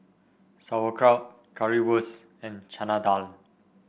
Sauerkraut Currywurst and Chana Dal